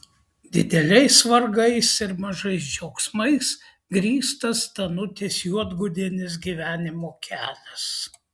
dideliais vargais ir mažais džiaugsmais grįstas danutės juodgudienės gyvenimo kelias